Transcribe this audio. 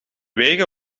wegen